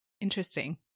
Interesting